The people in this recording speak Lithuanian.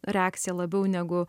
reakcija labiau negu